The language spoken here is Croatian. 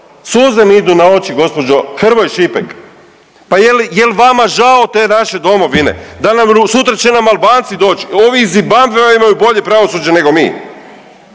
suze mi idu na oči gospođo Hrvoj Šipek. Pa jel vama žao te naše domovine? Sutra će nam Albanci doć, ovi iz Zimbabvea imaju bolje pravosuđe nego mi.